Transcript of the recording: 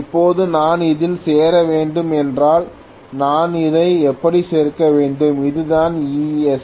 இப்போது நான் இதில் சேர வேண்டும் என்றால் நான் இதை இப்படி சேர்க்க வேண்டும் இதுதான் E3